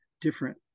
different